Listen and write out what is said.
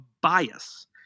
bias